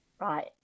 Right